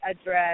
address